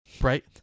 right